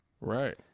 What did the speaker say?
Right